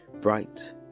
Bright